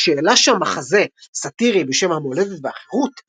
אבל כשהעלה שם מחזה סאטירי בשם "המולדת והחירות",